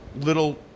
little